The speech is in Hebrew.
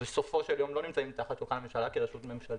בסופו של יום אנחנו לא נמצאים תחת שולחן הממשלה כרשות ממשלתית.